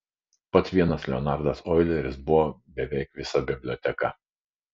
pats vienas leonardas oileris buvo beveik visa biblioteka